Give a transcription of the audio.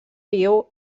viu